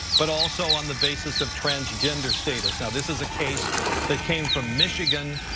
but also on the basis of transgender status. now, this is a case that came from michigan.